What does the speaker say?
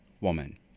woman